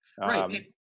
Right